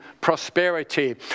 prosperity